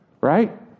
Right